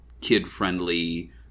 kid-friendly